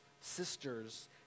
sisters